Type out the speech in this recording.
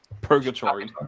Purgatory